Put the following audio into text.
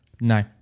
No